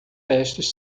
testes